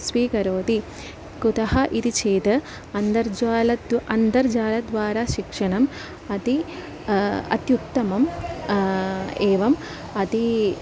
स्वीकरोति कुतः इति चेद् अन्तर्जालात् अन्तर्जालद्वारा शिक्षणम् अति अत्युत्तमम् एवम् अती